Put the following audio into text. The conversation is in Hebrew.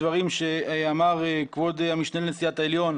הדברים שאמר כבוד המשנה לנשיאת העליון,